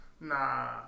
Nah